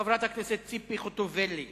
חברת הכנסת ציפי חוטובלי.